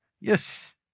Yes